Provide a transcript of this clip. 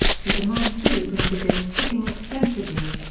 he demands food and begins tipping extensively.